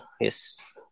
Yes